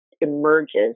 emerges